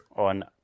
on